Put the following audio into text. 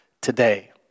today